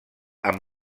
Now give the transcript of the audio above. amb